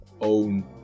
own